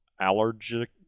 allergic